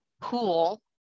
pool